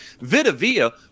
Vitavia